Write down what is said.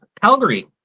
Calgary